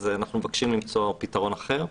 אז אנחנו מבקשים למצוא פתרון אחר.